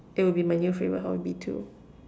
it'll be my new favourite hobby too